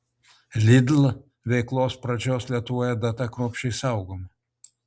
lidl veiklos pradžios lietuvoje data kruopščiai saugoma